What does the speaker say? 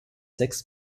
sechs